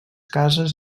cases